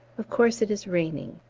of course it is raining.